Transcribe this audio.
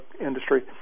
industry